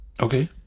okay